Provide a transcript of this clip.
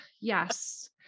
Yes